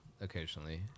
occasionally